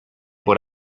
por